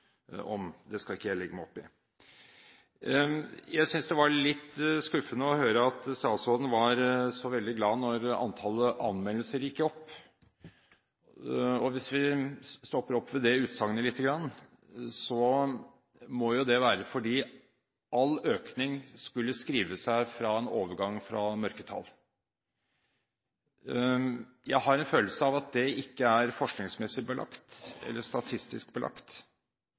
om. Det skal jeg ikke legge meg opp i. Jeg synes det var litt skuffende å høre at statsråden var så veldig glad når antallet anmeldelser gikk opp. Hvis vi stopper opp ved det utsagnet lite grann: Det må jo være fordi all økning skulle skrive seg fra en overgang fra mørketall. Jeg har en følelse av at det ikke er forskningsmessig eller statistisk belagt.